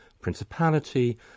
principality